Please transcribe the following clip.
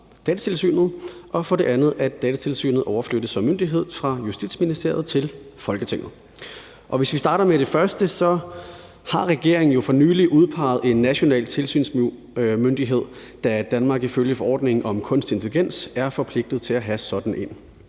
Datatilsynet, og for det andet, at Datatilsynet som myndighed overflyttes fra Justitsministeriet til Folketinget. Hvis vi starter med det første, har regeringen jo for nylig udpeget en national tilsynsmyndighed, da Danmark ifølge forordningen om kunstig intelligens er forpligtet til at have sådan en.